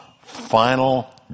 final